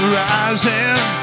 rising